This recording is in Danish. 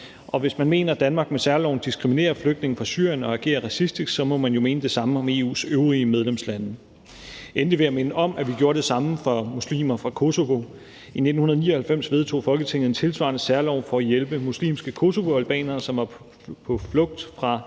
og hvis man mener, at Danmark med særloven diskriminerer flygtninge fra Syrien og agerer racistisk, må man jo mene det samme om EU's øvrige medlemslande. Endelig vil jeg minde om, at vi gjorde det samme for muslimer fra Kosovo. I 1999 vedtog Folketinget en tilsvarende særlov for at hjælpe muslimske kosovoalbanere, som var på flugt fra